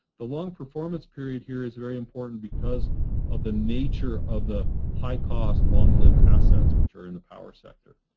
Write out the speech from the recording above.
the long performance period here is very important because of the nature of the high cost long-live assets, which are in the power sector.